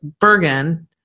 Bergen